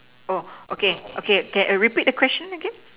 oh okay okay okay can repeat the question again